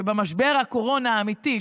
שבמשבר הקורונה האמיתי,